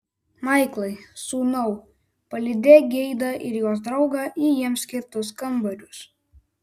maiklai sūnau palydėk geidą ir jos draugą į jiems skirtus kambarius